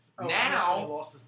Now